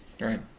Right